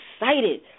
excited